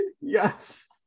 yes